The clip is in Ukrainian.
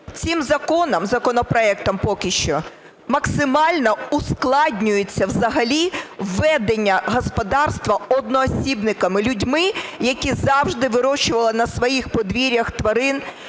Цим законом, законопроектом поки що, максимально ускладнюється взагалі ведення господарства одноосібниками, людьми, які завжди вирощували на своїх подвір'ях тварин,